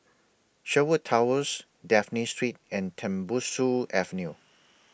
Sherwood Towers Dafne Street and Tembusu Avenue